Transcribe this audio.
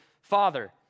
father